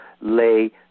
lay